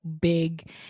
big